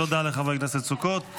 תודה לחבר הכנסת סוכות.